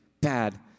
bad